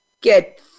get